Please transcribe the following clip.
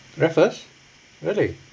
raffles really